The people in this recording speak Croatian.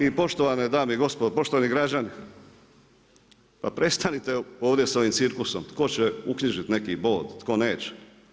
I poštovane dame i gospodo, poštovani građani, pa prestanite ovdje sa ovim cirkusom, tko će uknjižiti neki bod, tko neće.